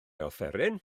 offeryn